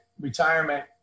retirement